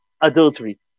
adultery